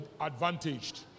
advantaged